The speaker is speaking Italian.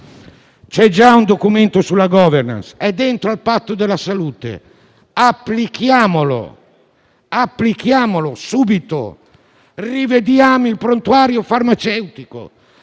C'è già un documento sulla *governance*, è dentro al Patto per la salute: applichiamolo subito e rivediamo il prontuario farmaceutico,